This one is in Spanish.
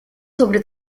sobre